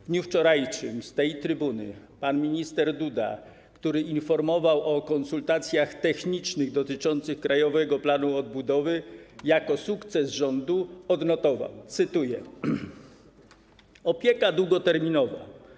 W dniu wczorajszym z tej trybuny pan minister Buda, który informował o konsultacjach technicznych dotyczących Krajowego Planu Odbudowy, jako sukces rządu odnotował: „Opieka długoterminowa.